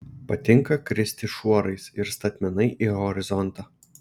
patinka kristi šuorais ir statmenai į horizontą